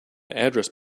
address